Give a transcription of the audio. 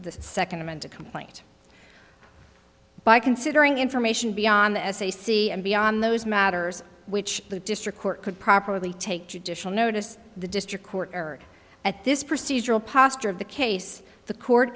the second and to complete by considering information beyond the f c c and beyond those matters which the district court could properly take judicial notice the district court or at this procedural posture of the case the court